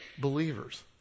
believers